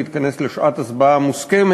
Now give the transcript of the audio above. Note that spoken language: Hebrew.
נגיד ששכנעת אותנו, אז אני אקצר,